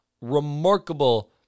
Remarkable